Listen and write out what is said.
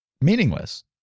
meaningless